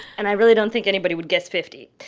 and i really don't think anybody would guess fifty.